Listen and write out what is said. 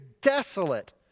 desolate